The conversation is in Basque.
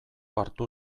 hartu